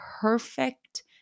perfect